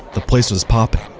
the place was popping.